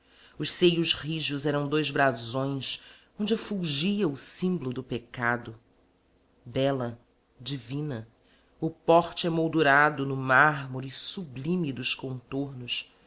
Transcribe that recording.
os seios rijos eram dois brasões onde fulgia o simblo do pecado bela divina o porte emoldurado no mármore sublime dos contornos